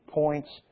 points